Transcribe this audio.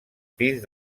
pis